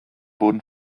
werden